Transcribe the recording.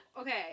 okay